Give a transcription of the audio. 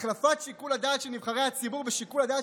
החלפת שיקול הדעת של נבחרי הציבור בשיקול הדעת